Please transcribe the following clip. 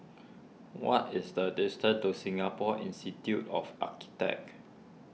what is the distance to Singapore Institute of Architects